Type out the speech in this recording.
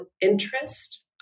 interest